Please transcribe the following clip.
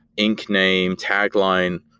inc. name, tagline,